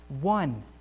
One